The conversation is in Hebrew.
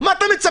מה אתה מצפה,